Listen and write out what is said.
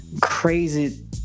crazy